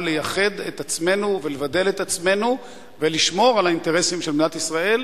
לייחד את עצמנו ולבדל את עצמנו ולשמור על האינטרסים של מדינת ישראל